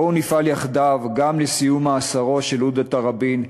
בואו נפעל יחדיו גם לסיום מאסרו של עודה תראבין,